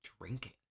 drinking